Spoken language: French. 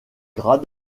grades